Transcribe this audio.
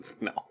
No